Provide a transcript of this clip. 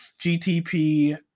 GTP